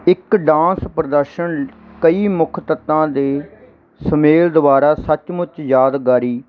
ਇੱਕ ਡਾਂਸ ਪ੍ਰਦਰਸ਼ਨ ਕਈ ਮੁੱਖ ਤੱਤਾਂ ਦੇ ਸੁਮੇਲ ਦੁਆਰਾ ਸੱਚਮੁੱਚ ਯਾਦਗਾਰੀ